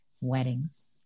weddings